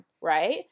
right